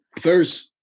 first